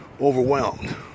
overwhelmed